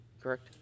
Correct